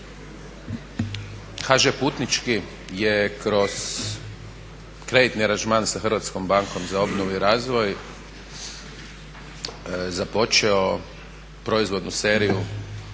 HŽ-Putnički je kroz kreditni aranžman sa Hrvatskom bankom za obnovu i razvoj započeo proizvodnu seriju